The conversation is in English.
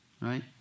right